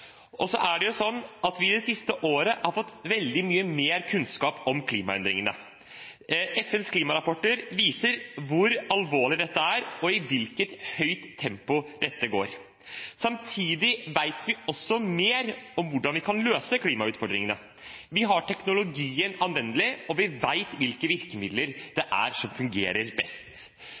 Vi har det siste året fått veldig mye mer kunnskap om klimaendringene. FNs klimarapporter viser hvor alvorlig dette er, og i hvilket høyt tempo dette går. Samtidig vet vi også mer om hvordan vi kan løse klimautfordringene. Vi har teknologien tilgjengelig, og vi vet hvilke virkemidler som fungerer best. Det er et paradoks at vi vet mer om både konsekvensene og virkemidlene samtidig som